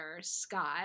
Scott